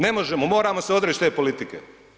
Ne možemo, moramo se odreći te politike.